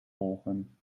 volgen